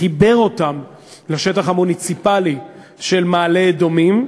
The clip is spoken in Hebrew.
חיבר אותו לשטח המוניציפלי של מעלה-אדומים,